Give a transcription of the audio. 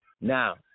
Now